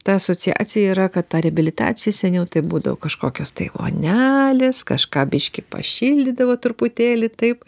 ta asociacija yra kad ta reabilitacija seniau tai būdavo kažkokios tai vonelės kažką biškį pašildydavo truputėlį taip